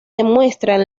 demuestran